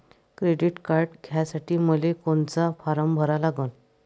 Credit card घ्यासाठी मले कोनचा फारम भरा लागन?